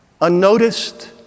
unnoticed